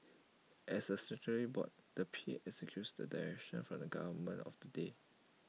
as A statutory board the P A executes the directions from the government of the day